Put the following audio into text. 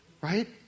right